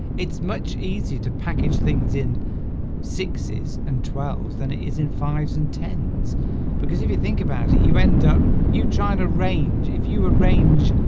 it's much easier to package things in sixes and twelves than it is in fives and tens because if you think about it you end up you try and arrange if you arrange